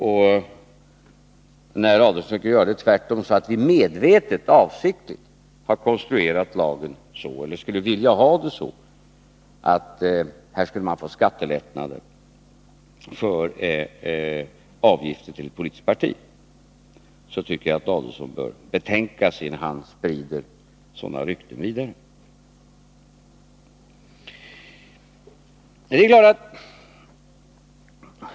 Och när Ulf Adelsohn försöker framställa det så att vi avsiktligt har konstruerat lagen på detta sätt eller skulle vilja ha det så att man får skattelättnader för avgifter till ett politiskt parti, tycker jag att Ulf Adelsohn bör betänka sig innan han sprider sådana rykten vidare.